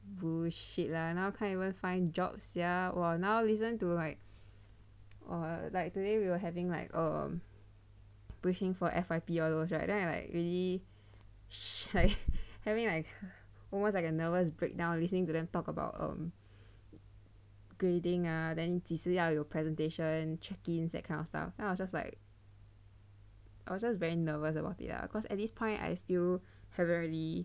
bullshit lah now can't even find jobs sia !wah! now listen to like err like today we were having like err briefing for F_Y_P all those right then I like really like having like almost like a nervous breakdown listening to them talk about um grading ah then 几时要有 presentation check-ins that kind of stuff then I was just like I was just very nervous about it lah cause at this point I still haven't really